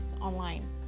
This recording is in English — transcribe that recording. online